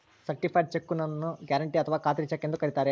certified cheque ನ್ನು guarantee ಅಥಾವ ಖಾತ್ರಿ ಚೆಕ್ ಎಂದು ಕರಿತಾರೆ